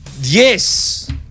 yes